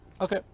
Okay